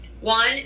One